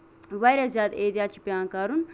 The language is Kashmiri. واریاہ زیادٕ احتِیاط چھُ پیوان کَرُن